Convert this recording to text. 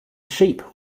sheep